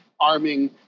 arming